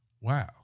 Wow